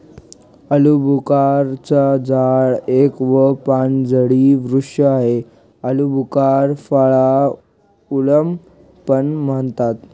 आलूबुखारा चं झाड एक व पानझडी वृक्ष आहे, आलुबुखार फळाला प्लम पण म्हणतात